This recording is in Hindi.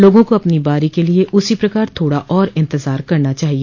लोगों को अपनी बारी के लिए उसी प्रकार थोड़ा और इंतजार करना चाहिए